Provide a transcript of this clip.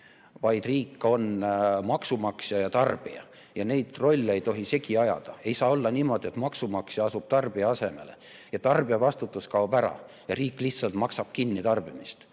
vaid riik on maksumaksja ja tarbija. Neid rolle ei tohi segi ajada. Ei saa olla niimoodi, et maksumaksja asub tarbija asemele ja tarbijavastutus kaob ära ja riik lihtsalt maksab tarbimist